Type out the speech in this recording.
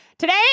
Today